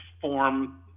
form